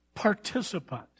participant